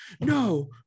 No